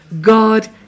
God